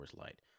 Light